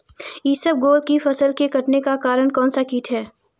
इसबगोल की फसल के कटने का कारण कौनसा कीट है?